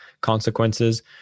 consequences